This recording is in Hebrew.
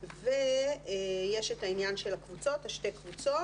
יש את העניין של שתי הקבוצות.